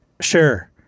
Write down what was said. Sure